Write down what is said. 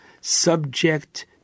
subject